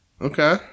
Okay